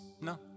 no